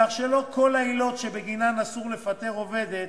בכך שלא כל העילות שבגינן אסור לפטר עובדת